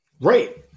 right